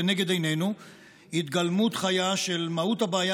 לנגד עינינו התגלמות חיה של מהות הבעיה